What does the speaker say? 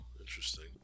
interesting